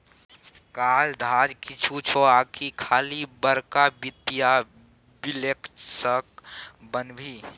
काज धाज किछु छौ आकि खाली बड़का वित्तीय विश्लेषक बनभी